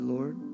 Lord